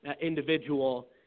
individual